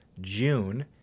June